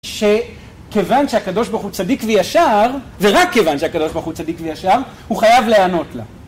שכיוון שהקדוש ברוך הוא צדיק וישר, ורק כיוון שהקדוש ברוך הוא צדיק וישר, הוא חייב להענות לה.